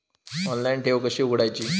Online ठेव कशी उघडायची?